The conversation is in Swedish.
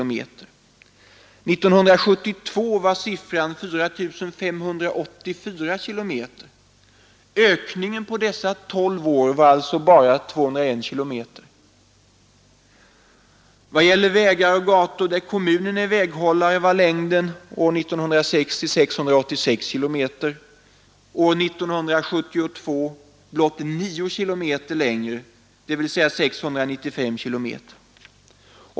1972 var siffran 4 584 km. Ökningen på dessa 12 år var alltså bara 201 km. Vägar och gator där kommunen är väghållare hade år 1960 en längd av 686 km, år 1972 blott 9 km längre, dvs. 695 km.